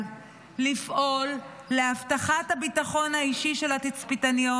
לפעול להבטחת הביטחון האישי של התצפיתניות,